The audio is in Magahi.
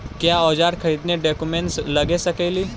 क्या ओजार खरीदने ड़ाओकमेसे लगे सकेली?